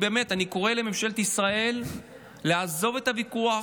באמת, אני קורא לממשלת ישראל לעזוב את הוויכוח,